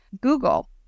Google